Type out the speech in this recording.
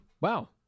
Wow